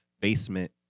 basement